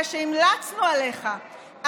זה שהמלצנו עליך,